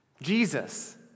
Jesus